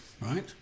right